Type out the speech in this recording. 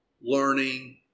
learning